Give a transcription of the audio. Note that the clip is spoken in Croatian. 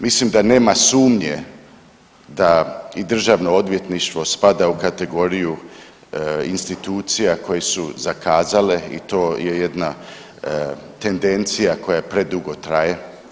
Mislim da nema sumnje da i Državno odvjetništvo spada u kategoriju institucija koje su zakazale i to je jedna tendencija koja predugo traje.